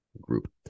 Group